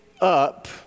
up